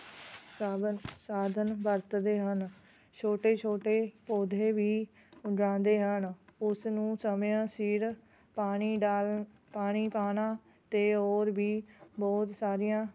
ਸਾਵਨ ਸਾਧਨ ਵਰਤਦੇ ਹਨ ਛੋਟੇ ਛੋਟੇ ਪੌਦੇ ਵੀ ਉਗਾਉਂਦੇ ਹਨ ਉਸਨੂੰ ਸਮਿਆਂ ਸਿਰ ਪਾਣੀ ਡਾਲ ਪਾਣੀ ਪਾਉਣਾ ਅਤੇ ਔਰ ਵੀ ਬਹੁਤ ਸਾਰੀਆਂ